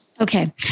Okay